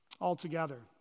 altogether